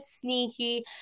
sneaky